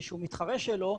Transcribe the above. שהוא מתחרה שלו,